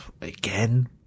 again